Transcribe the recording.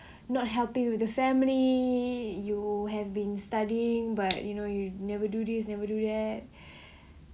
not helping with the family you have been studying but you know you never do this never do